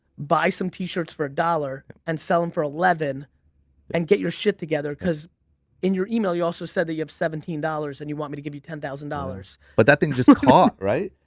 buy some t-shirts for a dollar and sell them for eleven and get your shit together cause in your email you also said that you have seventeen dollars and you want me to give you ten thousand dollars. but that thing just caught right?